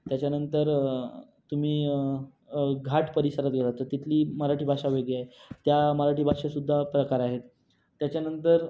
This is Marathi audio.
त्याच्या नंतर तुम्ही घाट परिसरात गेलात तर तिथली मराठी भाषा वेगळी आहे त्या मराठी भाषेत सुध्दा प्रकार आहेत त्याच्यानंतर